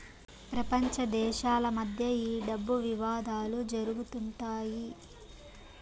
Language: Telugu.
ప్రపంచ దేశాల మధ్య ఈ డబ్బు వివాదాలు జరుగుతుంటాయి